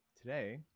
today